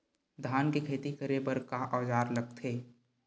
धान के खेती करे बर का औजार लगथे?